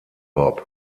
hop